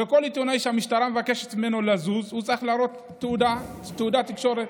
וכל עיתונאי שהמשטרה מבקשת ממנו לזוז צריך להראות תעודת איש תקשורת.